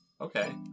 okay